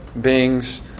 beings